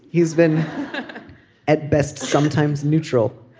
he's been at best sometimes neutral